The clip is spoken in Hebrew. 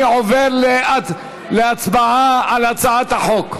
אני עובר להצבעה על הצעת החוק.